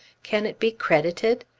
can it be credited?